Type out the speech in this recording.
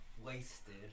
wasted